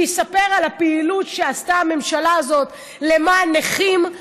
ויספר על הפעילות שעשתה הממשלה הזאת למען נכים,